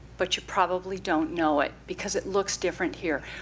but you probably don't know it because it looks different here.